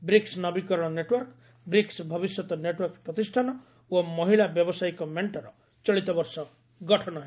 BRICS ନବୀକରଣ network BRICS ଭବିଷ୍ୟତ network ପ୍ରତିଷ୍ଠାନ ଓ ମହିଳା ବ୍ୟବସାୟିକ ମେଣ୍ଟର ଚଳିତବର୍ଷ ଗଠନ ହେବ